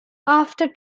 after